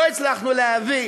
לא הצלחנו להביא